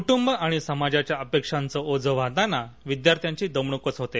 कुटुंब आणि समाजाच्या अपेक्षांचं ओझे वाहताना विद्यार्थ्यांची दमणूकच होते